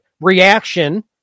reaction